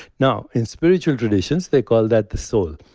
now, in spiritual traditions, they call that the soul.